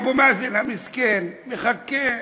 אבו מאזן המסכן מחכה,